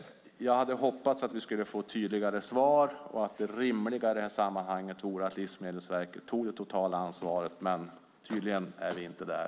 Jag hade hoppats att vi skulle få tydligare svar. Det rimliga i det här sammanhanget vore att Livsmedelsverket tog det totala ansvaret, men tydligen är vi inte där.